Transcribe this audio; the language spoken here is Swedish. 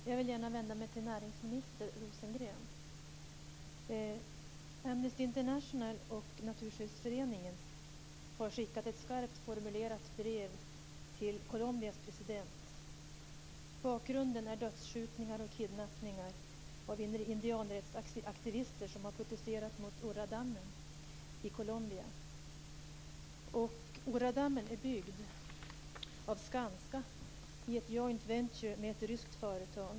Fru talman! Jag vill vända mig till näringsminister Amnesty International och Naturskyddsföreningen har skickat ett skarpt formulerat brev till Colombias president. Bakgrunden är dödsskjutningar och kidnappningar av indianrättsaktivister som har protesterat mot Urra-dammen i Colombia. Urra-dammen är byggd av Skanska i ett joint-venture med ett ryskt företag.